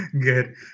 Good